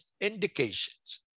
indications